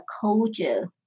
culture